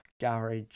garage